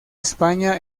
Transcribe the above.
españa